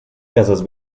casas